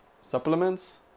supplements